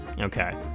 Okay